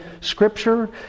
Scripture